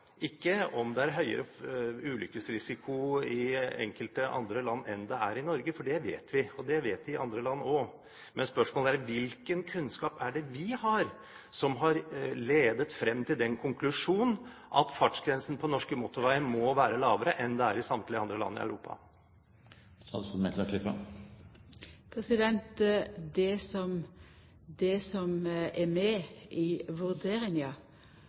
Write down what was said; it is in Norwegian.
ikke om det er høyere ulykkesrisiko i enkelte andre land enn det er i Norge, for det vet vi. Og det vet de i andre land også. Men spørsmålet er: Hvilken kunnskap er det vi har, som har ledet frem til den konklusjonen at fartsgrensene på norske motorveier må være lavere enn de er i samtlige andre land i Europa? Det som er med i